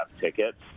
tickets